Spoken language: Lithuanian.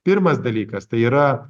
pirmas dalykas tai yra